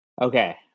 Okay